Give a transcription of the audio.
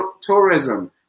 tourism